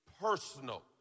Personal